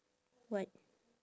what